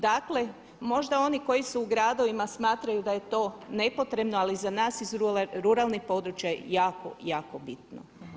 Dakle možda oni koji su u gradovima smatraju da je to nepotrebno, ali za nas iz ruralnih područja je jako, jako bitno.